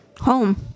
Home